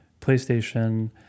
playstation